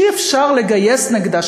שאי-אפשר לגייס נגדה,